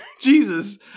Jesus